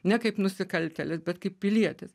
ne kaip nusikaltėlis bet kaip pilietis